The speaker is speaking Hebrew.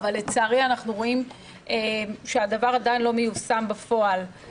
אבל לצערי אנו רואים שהדבר עדיין לא מיושם בפועל.